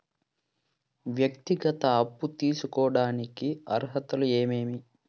వ్యక్తిగత అప్పు తీసుకోడానికి అర్హతలు ఏమేమి